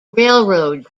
railroad